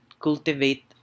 cultivate